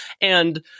And-